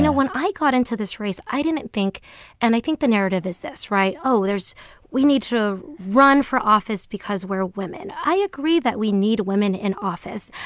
when i got into this race, i didn't think and i think the narrative is this, right? oh, there's we need to run for office because we're women. i agree that we need women in office.